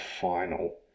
final